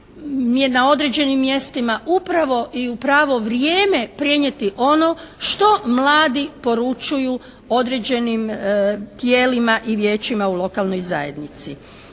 na određenim mjestima upravo i u pravo vrijeme prenijeti ono što mladi poručuju određenim tijelima i vijećima u lokalnoj zajednici.